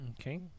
Okay